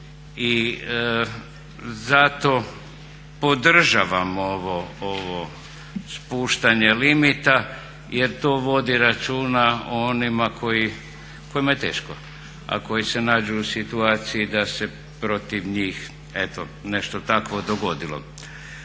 I zato podržavam ovo spuštanje limita jer to vodi računa o onima kojima je teško a koji se nađu u situaciji da se protiv njih, eto nešto takvo dogodilo.